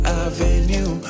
avenue